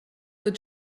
wird